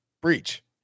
breach